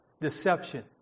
deception